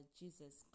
jesus